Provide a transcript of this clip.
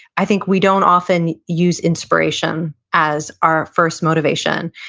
i think we don't often use inspiration as our first motivation,